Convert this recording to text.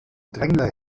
drängler